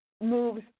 moves